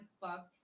Fuck